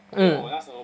mm